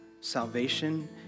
salvation